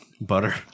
Butter